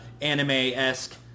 anime-esque